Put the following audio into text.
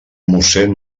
mossén